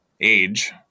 age